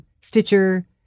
Stitcher